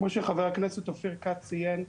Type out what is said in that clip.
כמו שחבר הכנסת אופיר כץ ציין,